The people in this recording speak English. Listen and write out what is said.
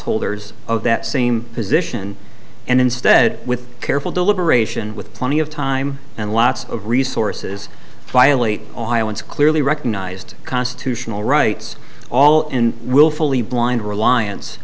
holders of that same position and instead with careful deliberation with plenty of time and lots of resources violate all iowans clearly recognized constitutional rights all in willfully blind reliance